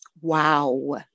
Wow